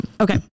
Okay